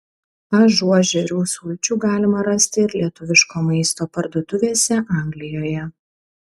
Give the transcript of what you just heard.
ažuožerių sulčių galima rasti ir lietuviško maisto parduotuvėse anglijoje